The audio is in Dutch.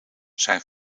zijn